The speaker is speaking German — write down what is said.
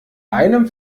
einem